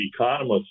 economists